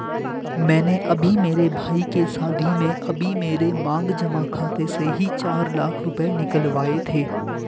मैंने अभी मेरे भाई के शादी में अभी मेरे मांग जमा खाते से ही चार लाख रुपए निकलवाए थे